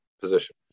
position